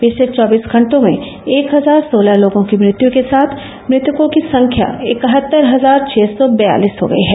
पिछले चौबीस घंटों में एक हजार सोलह लोगों की मृत्यु के साथ मृतकों की संख्या इकहत्तर हजार छः सौ बयालिस हो गई हैं